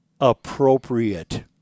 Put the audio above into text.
appropriate